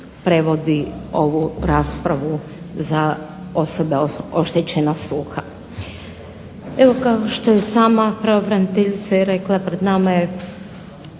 prevodi ovu raspravu za osobe oštećena sluha. Evo kao što je sama pravobraniteljica i rekla pred nama je